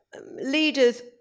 leaders